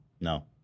No